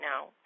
now